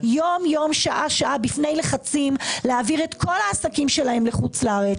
יום-יום שעה-שעה בפני לחצים להעביר את כל העסקים שלהם לחו"ל.